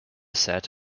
set